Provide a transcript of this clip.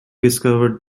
discovered